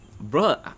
Bro